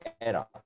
era